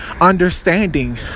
understanding